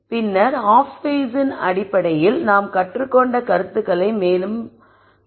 பின்னர் ஹாப் ஸ்பேஸின் அடிப்படையில் நாம் கற்றுக்கொண்ட கருத்துக்களை மேலும் பரப்பலாம்